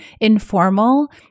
informal